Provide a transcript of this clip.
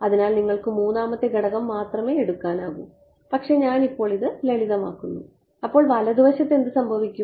അതിനാൽ നിങ്ങൾക്ക് മൂന്നാമത്തെ ഘടകം മാത്രമേ എടുക്കാനാകൂ പക്ഷേ ഞാൻ ഇപ്പോൾ ഇത് ലളിതമാക്കുന്നു അപ്പോൾ വലതുവശത്ത് എന്ത് സംഭവിക്കും